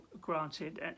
granted